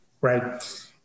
Right